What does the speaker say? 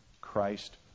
Christ